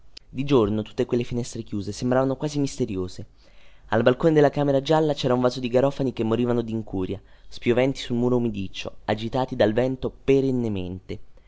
di giorno tutte quelle finestre chiuse sembravano quasi misteriose al balcone della camera gialla cera un vaso di garofani che morivano di incuria spioventi sul muro umidiccio e che il vento agitava perennemente